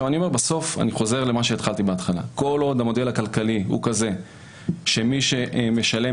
כל עוד המודל הכלכלי הוא כזה שמי שמשלם